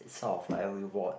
sort of like a reward